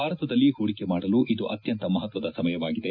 ಭಾರತದಲ್ಲಿ ಹೂಡಿಕೆ ಮಾಡಲು ಇದು ಅತ್ಯಂತ ಮಹತ್ವದ ಸಮಯವಾಗಿದೆ